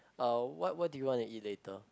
uh what what do you want to eat later